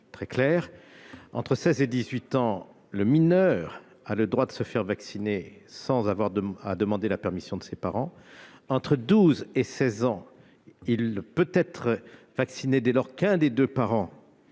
très clair : entre 16 et 18 ans, le mineur a le droit de se faire vacciner sans avoir à demander la permission de ses parents ; entre 12 et 16 ans, il peut être vacciné dès lors qu'un des deux parents